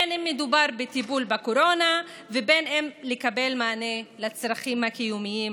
בין שמדובר בטיפול בקורונה ובין בקבלת מענה לצרכים הקיומיים